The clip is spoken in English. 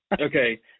Okay